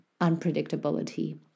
unpredictability